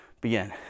Begin